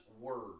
word